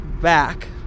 back